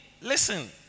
listen